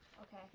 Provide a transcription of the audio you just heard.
Okay